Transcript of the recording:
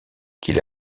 qu’il